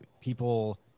people